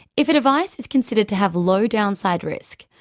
if a device is considered to have low downside risk,